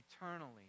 eternally